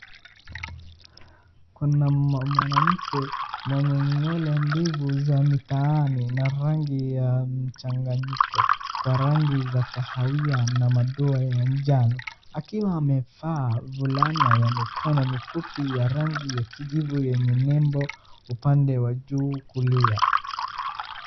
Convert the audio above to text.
Kuna mwanamke mwenye nywele ndefu za mitaani na rangi ya mchanganyiko wa rangi za kahawia na madoa ya njano, akiwa amevaa fulana ya mikono mifupi ya rangi ya kijivu yenye nembo upande wa juu kulia.